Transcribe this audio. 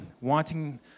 wanting